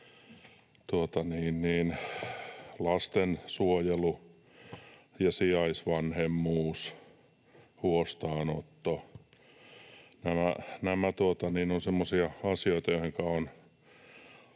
lastensuojelu ja sijaisvanhemmuus, huostaanotto. Nämä ovat semmoisia asioita, joihinka